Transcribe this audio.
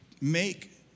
make